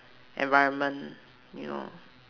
environment you know